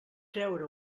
creure